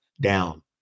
down